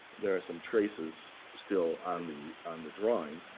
there are some traces still on the on the drawing.